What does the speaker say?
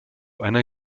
einer